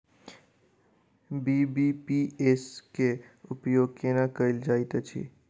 BBPS केँ उपयोग केना कएल जाइत अछि?